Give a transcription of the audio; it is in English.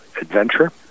adventure